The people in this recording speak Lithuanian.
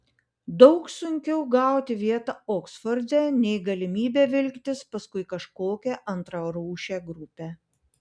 daug sunkiau gauti vietą oksforde nei galimybę vilktis paskui kažkokią antrarūšę grupę